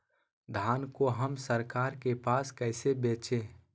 धान को हम सरकार के पास कैसे बेंचे?